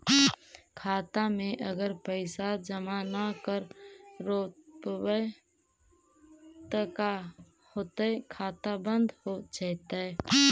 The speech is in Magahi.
खाता मे अगर पैसा जमा न कर रोपबै त का होतै खाता बन्द हो जैतै?